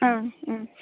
ओं उम